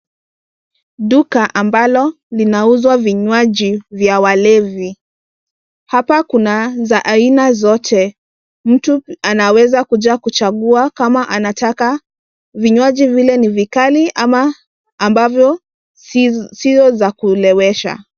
Duka ambalo linauzwa vinywaji ya walevi. Hapa kuna za aina zote. Mtu anaweza kuja kuchagua kama anataka. Vinywaji vile ni vikali ama ambavyo sio za kulewesha.